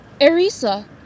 Erisa